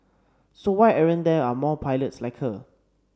so why aren't there are more pilots like her